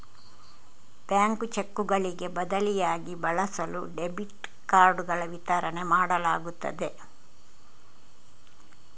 bank ಚೆಕ್ಕುಗಳಿಗೆ ಬದಲಿಯಾಗಿ ಬಳಸಲು ಡೆಬಿಟ್ ಕಾರ್ಡುಗಳ ವಿತರಣೆ ಮಾಡಲಾಗುತ್ತದೆ